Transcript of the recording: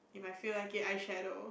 if I feel like it eyeshadow